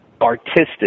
artistic